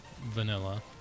vanilla